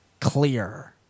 clear